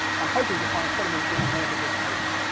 um hoping to find sediments in the walls of this crater.